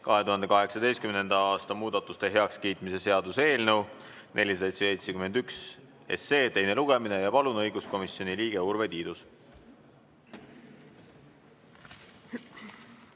2018. aasta muudatuste heakskiitmise seaduse eelnõu 471 teine lugemine. Palun, õiguskomisjoni liige Urve Tiidus!